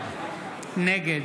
נגד